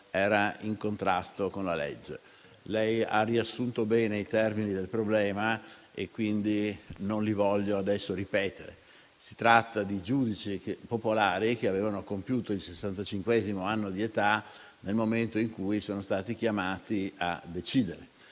era in contrasto con la legge. Lei ha riassunto bene i termini del problema e, quindi, non li voglio adesso ripetere. Si tratta di giudici popolari che avevano compiuto il sessantacinquesimo anno di età nel momento in cui sono stati chiamati a decidere.